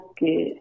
Okay